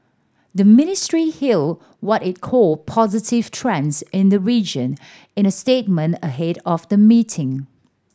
the ministry hailed what it called positive trends in the region in a statement ahead of the meeting